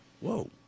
whoa